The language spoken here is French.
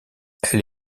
elle